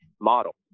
model